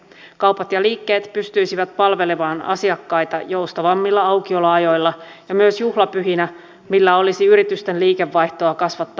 kaupat ja liikkeet pystyisivät palvelemaan asiakkaita joustavammilla aukioloajoilla ja myös juhlapyhinä millä olisi yritysten liikevaihtoa kasvattava vaikutus